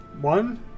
One